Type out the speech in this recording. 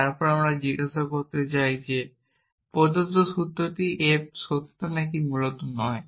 তারপর আমরা জিজ্ঞাসা করতে চাই যে একটি প্রদত্ত সূত্র f সত্য নাকি মূলত নয়